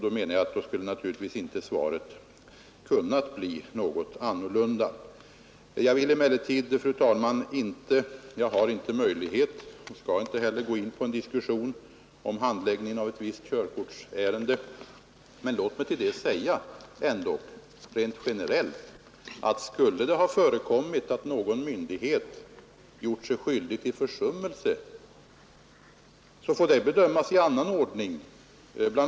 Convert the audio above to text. Då anser jag att svaret inte kunnat bli annorlunda. Jag har, fru talman, inte möjlighet och skall inte heller gå in på en diskussion om handläggningen av ett visst körkortsärende, men låt mig säga rent generellt att om det förekommit att någon myndighet gjort sig skyldig till försummelse, får det bedömas i annan ordning. Bl.